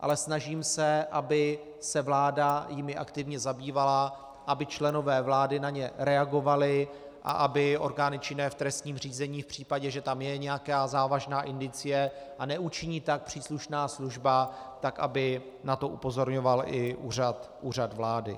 ale snažím se, aby se vláda jimi aktivně zabývala, aby členové vlády na ně reagovali a aby orgány činné v trestním řízení v případě, že tam je nějaká závažná indicie a neučiní tak příslušná služba, tak aby na to upozorňoval i Úřad vlády.